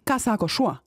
ką sako šuo